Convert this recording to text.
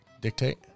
Dictate